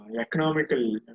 economical